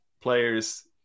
players